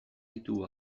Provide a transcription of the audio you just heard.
ditugu